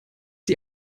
die